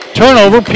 turnover